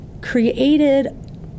created